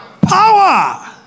power